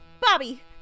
Bobby